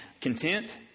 content